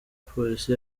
polisi